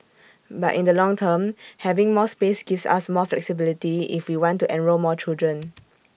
but in the long term having more space gives us more flexibility if we want to enrol more children